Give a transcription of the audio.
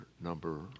number